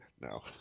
no